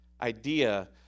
idea